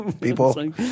people